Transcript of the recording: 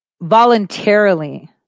voluntarily